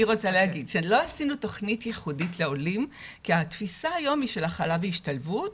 לא עשינו תוכנית ייחודית לעולים כי התפיסה היום היא של הכלה והשתלבות.